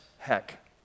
heck